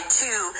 two